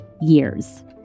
years